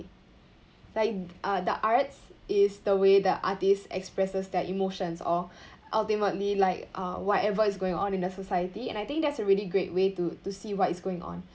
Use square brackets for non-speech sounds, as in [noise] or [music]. like uh the arts is the way the artist expresses their emotions or [breath] ultimately like uh whatever is going on in the society and I think that is a really great way to to see what is going on